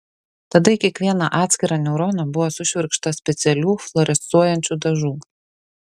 tada į kiekvieną atskirą neuroną buvo sušvirkšta specialių fluorescuojančių dažų